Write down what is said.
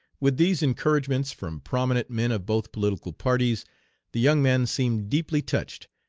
with these encouragements from prominent men of both political parties the young man seemed deeply touched,